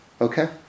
okay